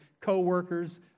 coworkers